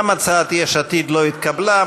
גם הצעת יש עתיד לא נתקבלה.